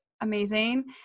amazing